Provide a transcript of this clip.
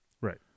Right